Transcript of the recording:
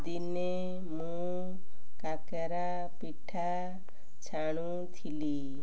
ଦିନେ ମୁଁ କାକରା ପିଠା ଛାଣୁଥିଲି